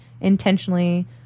intentionally